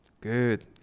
Good